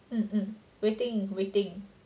um um waiting waiting